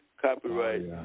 copyright